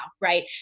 right